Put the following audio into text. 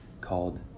called